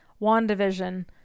WandaVision